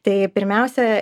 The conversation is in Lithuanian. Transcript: tai pirmiausia